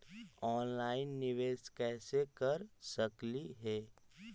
Online निबेस कैसे कर सकली हे?